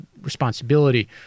responsibility